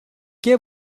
que